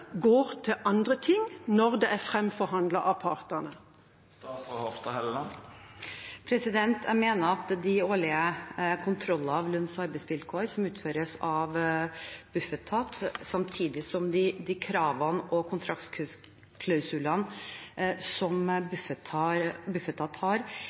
går til andre ting, når det er framforhandlet av partene? Jeg mener at de årlige kontrollene av lønns- og arbeidsvilkår som utføres av Bufetat, samtidig med de kravene og kontraktklausulene som